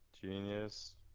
genius